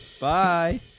Bye